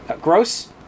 gross